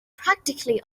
practically